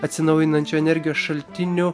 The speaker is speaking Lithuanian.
atsinaujinančių energijos šaltinių